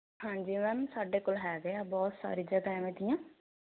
ਹਾਂਜੀ ਮੈਮ ਸਾਡੇ ਕੋਲ ਹੈਗੇ ਆ ਬਹੁਤ ਸਾਰੀ ਜਗ੍ਹਾ ਐਵੇਂ ਦੀਆਂ